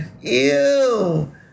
ew